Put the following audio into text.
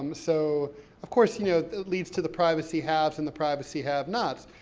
um so of course, you know, that leads to the privacy haves and the privacy have-nots.